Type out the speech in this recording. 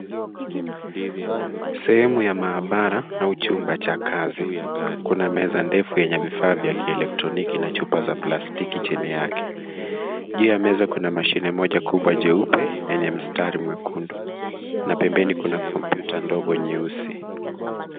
Sehemu ya mahabara au chumba cha kazi. Kuna meza ndefu yenye vifaa vya kielektroniki na chupa za plastiki chini yake. Juu ya meza kuna mashine moja kubwa jeupe, yenye mstari mwekundu. Na pembeni kuna kompyuta ndogo nyeusi.